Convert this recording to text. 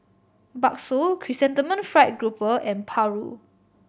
bakso Chrysanthemum Fried Grouper and paru